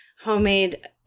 homemade